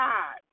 God